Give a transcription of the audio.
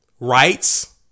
Rights